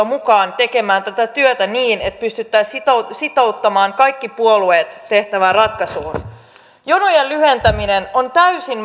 mukaan tekemään tätä työtä niin että pystyttäisiin sitouttamaan kaikki puolueet tehtävään ratkaisuun jonojen lyhentäminen on täysin